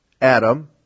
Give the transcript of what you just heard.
Adam